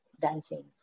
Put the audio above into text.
dancing